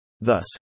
Thus